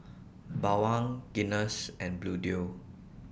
Bawang Guinness and Bluedio